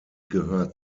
gehört